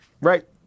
Right